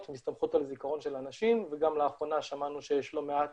ומסתמכות על זכרון של אנשים וגם לאחרונה שמענו שיש לא מעט